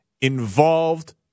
involved